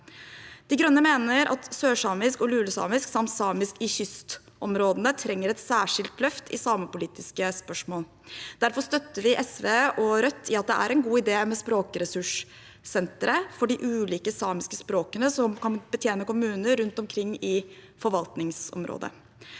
De Grønne mener at sørsamisk og lulesamisk samt samisk i kystområdene trenger et særskilt løft i samepolitiske spørsmål. Derfor støtter vi SV og Rødt i at det er en god idé med språkressurssentre for de ulike samiske språkene, som kan betjene kommuner rundt omkring i forvaltningsområdet.